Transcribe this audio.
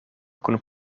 kun